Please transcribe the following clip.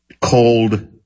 cold